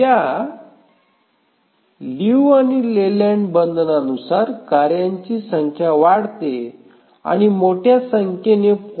या लिऊ आणि लेलँड बंधनानुसार कार्यांची संख्या वाढते आणि मोठ्या संख्येने 0